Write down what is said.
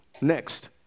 Next